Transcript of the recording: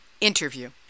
interview